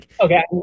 okay